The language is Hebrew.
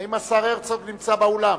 האם השר הרצוג נמצא באולם?